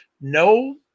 no